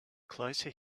closer